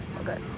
Okay